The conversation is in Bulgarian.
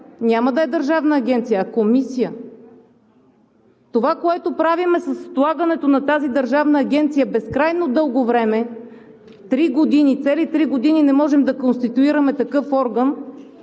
няма да е държавна агенция, а комисия. Това, което правим с отлагането на тази държавна агенция безкрайно дълго време – три години, цели три години не можем да конституираме такъв орган,